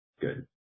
good